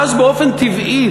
ואז באופן טבעי,